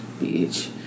Bitch